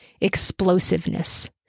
explosiveness